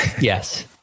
Yes